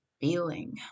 Feeling